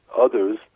others